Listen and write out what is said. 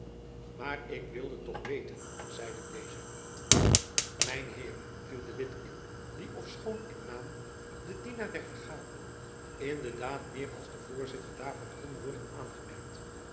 maar ik wilde toch weten zeide deze mijne heeren viel de witt in die ofschoon in naam de dienaar der vergadering in de daad meer als de voorzitter daarvan kon worden aangemerkt